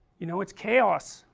you know it's chaos,